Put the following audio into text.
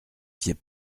fiait